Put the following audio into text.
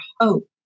hope